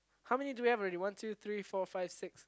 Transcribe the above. how many do we have already one two three four five six